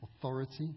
authority